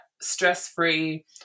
stress-free